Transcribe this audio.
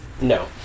no